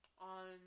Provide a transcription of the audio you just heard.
on